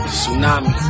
Tsunami